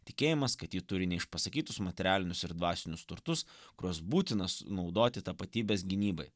tikėjimas kad ji turi neišpasakytus materialinius ir dvasinius turtus kuriuos būtinas naudoti tapatybės gynybai